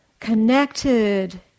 connected